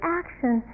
action